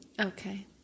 Okay